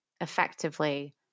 effectively